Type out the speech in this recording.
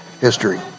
history